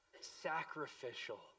sacrificial